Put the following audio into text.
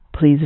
Please